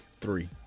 three